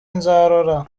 nzarora